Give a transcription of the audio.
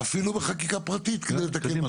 -- אפילו בחקיקה פרטית כדי לתקן.